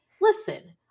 listen